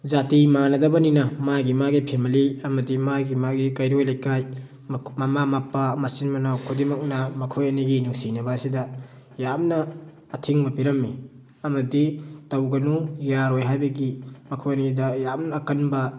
ꯖꯥꯇꯤ ꯃꯥꯟꯅꯗꯕꯅꯤꯅ ꯃꯥꯒꯤ ꯃꯥꯒꯤ ꯐꯦꯃꯤꯂꯤ ꯑꯃꯗꯤ ꯃꯥꯒꯤ ꯃꯥꯒꯤ ꯀꯩꯔꯣꯏ ꯂꯩꯀꯥꯏ ꯃꯃꯥ ꯃꯄꯥ ꯃꯆꯤꯟ ꯃꯅꯥꯎ ꯈꯨꯗꯤꯡꯃꯛꯅ ꯃꯈꯣꯏ ꯑꯅꯤꯒꯤ ꯅꯨꯡꯁꯤꯅꯕ ꯑꯁꯤꯗ ꯌꯥꯝꯅ ꯑꯊꯤꯡꯕ ꯄꯤꯔꯝꯃꯤ ꯑꯃꯗꯤ ꯇꯧꯒꯅꯨ ꯌꯥꯔꯣꯏ ꯍꯥꯏꯕꯒꯤ ꯃꯈꯣꯏ ꯑꯅꯤꯗ ꯌꯥꯝꯅ ꯑꯀꯟꯕ